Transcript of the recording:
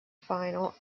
final